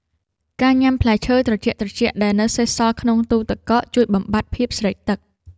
ការញ៉ាំផ្លែឈើត្រជាក់ៗដែលនៅសេសសល់ក្នុងទូទឹកកក ជួយបំបាត់ភាពស្រេកទឹក។